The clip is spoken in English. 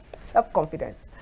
self-confidence